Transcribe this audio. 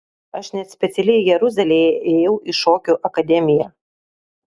aš net specialiai jeruzalėje ėjau į šokių akademiją